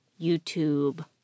YouTube